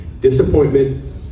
disappointment